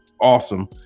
awesome